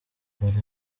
buri